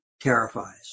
terrifies